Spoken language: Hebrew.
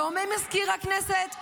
לא ממזכיר הכנסת,